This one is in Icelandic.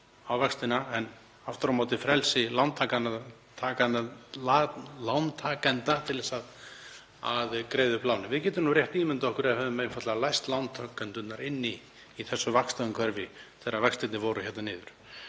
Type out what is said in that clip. á vextina en aftur á móti frelsi lántakenda til að greiða upp lán, þá getum við rétt ímyndað okkur stöðuna ef við hefðum einfaldlega læst lántakendurna inni í þessu vaxtaumhverfi þegar vextirnir fóru hérna niður.